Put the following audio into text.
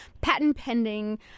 patent-pending